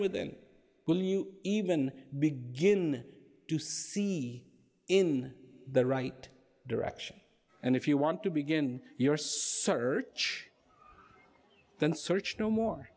you even begin to see in the right direction and if you want to begin your search then search no more